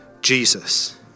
Jesus